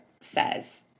says